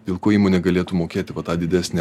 dėl ko įmonė galėtų mokėti va tą didesnį